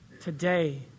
today